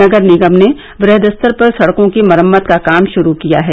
नगर निगम ने वृहद स्तर पर सड़कों की मरम्मत का काम शुरू किया है